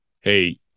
hey